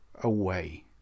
away